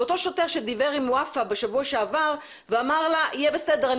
לאותו שוטר שדיבר עם ופאא בשבוע שעבר ואמר לה יהיה בסדר,